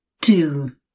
two